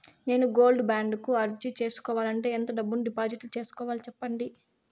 నేను gold bond కు అర్జీ సేసుకోవాలంటే ఎంత డబ్బును డిపాజిట్లు సేసుకోవాలి సెప్పండి